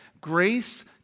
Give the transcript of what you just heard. Grace